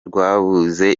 rwabuze